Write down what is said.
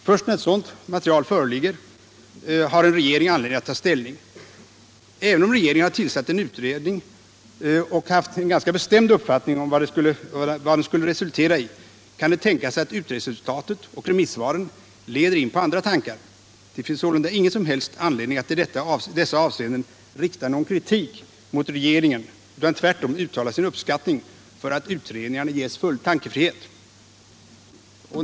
Först när ett sådant material föreligger har en regering anledning att ta ställning. Även om en regering tillsatt en utredning och haft en ganska bestämd uppfattning om vad den skulle resultera i, kan det tänkas att utredningsresultatet och remissvaren leder in på andra tankar. Det finns sålunda ingen som helst anledning att i dessa avseenden rikta någon kritik mot regeringen, utan man bör tvärtom uttala sin uppskattning av att utredningar ges full tankefrihet.